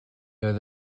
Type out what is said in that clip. oedd